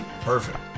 Perfect